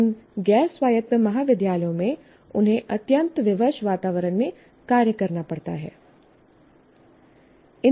इन गैर स्वायत्त महाविद्यालयों में उन्हें अत्यंत विवश वातावरण में कार्य करना पड़ता है